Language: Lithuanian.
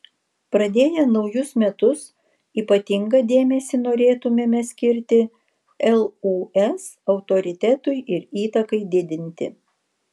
pradėję naujus metus ypatingą dėmesį norėtumėme skirti lūs autoritetui ir įtakai didinti